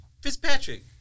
Fitzpatrick